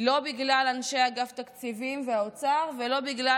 לא בגלל אנשי אגף תקציבים והאוצר ולא בגלל